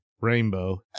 rainbow